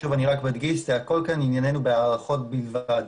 שוב אני מדגיש שענייננו הוא הארכות בלבד